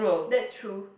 that's true